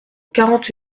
quarante